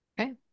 Okay